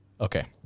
Okay